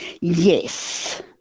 Yes